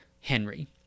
Henry